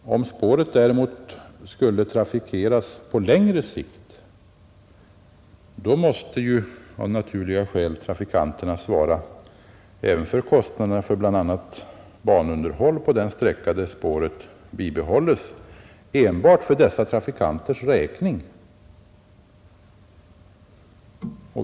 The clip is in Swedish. Om spåret däremot skulle trafikeras på längre sikt måste av naturliga skäl trafikanterna svara även för kostnaderna för bl.a. banunderhåll på den sträckan där spåret bibehålles enbart för dessa trafikanters räkning.